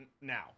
now